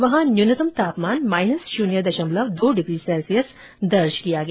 वहां न्यूनतम तापमान माइनस शुन्य दशमलव दो डिग्री सैल्सियस दर्ज किया गया